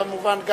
כמובן,